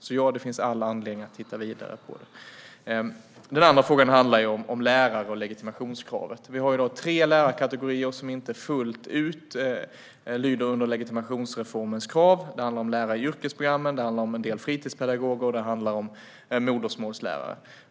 Det finns alltså all anledning att titta vidare på detta. Den andra frågan handlar om lärare och legitimationskravet. Vi har tre lärarkategorier som inte fullt ut lyder under legitimationsreformens krav. Det handlar om läraryrkesprogrammen, det handlar om en del fritidspedagoger och det handlar om modersmålslärare.